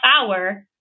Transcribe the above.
hour